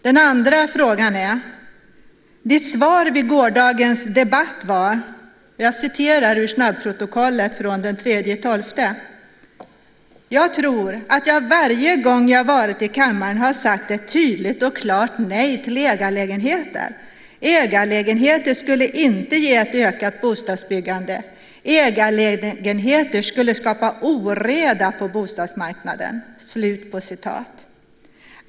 Den andra frågan är: Ditt svar vid gårdagens debatt var, och jag citerar ur snabbprotokollet från den 3 december: "Jag tror att jag varje gång jag varit i kammaren har sagt ett tydligt och klart nej till ägarlägenheter. Ägarlägenheter skulle inte ge ett ökat bostadsbyggande. Ägarlägenheter skulle skapa oreda på bostadsmarknaden."